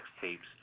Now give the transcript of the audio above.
tapes